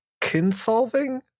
Kinsolving